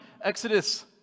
Exodus